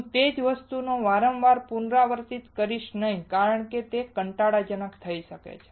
હું તે જ વસ્તુને વારંવાર પુનરાવર્તિત કરીશ નહીં કારણ કે તે કંટાળાજનક થઈ શકે છે